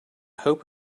hope